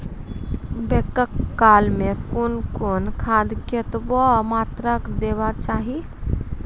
बौगक काल मे कून कून खाद केतबा मात्राम देबाक चाही?